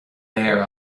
laoire